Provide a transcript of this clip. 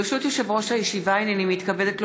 ברשות היושב-ראש, הינני מתכבדת להודיעכם,